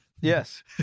Yes